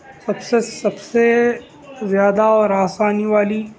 سب سے سب سے زیادہ اور آسانی والی